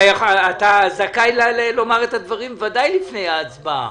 אתה זכאי לומר את הדברים, ודאי לפני ההצבעה.